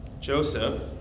Joseph